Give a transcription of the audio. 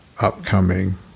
upcoming